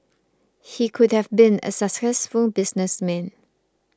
he could have been a successful businessman